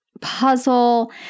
puzzle